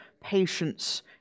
patience